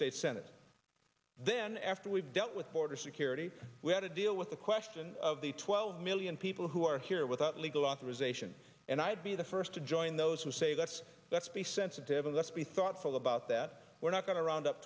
states senate then after we've dealt with border security we have to deal with the question of the twelve million people who are here without legal authorization and i'd be the first to join those who say let's let's be sensitive and let's be thoughtful about that we're not going to round up